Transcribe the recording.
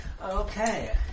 Okay